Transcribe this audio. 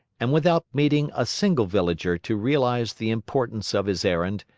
and without meeting a single villager to realize the importance of his errand,